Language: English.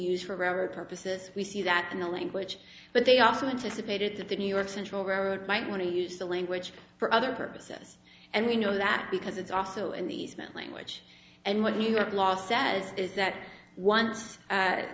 used for purposes we see that in the language but they also anticipated that the new york central railroad might want to use the language for other purposes and we know that because it's also in these that language and when you have law says is that once